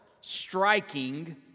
striking